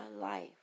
life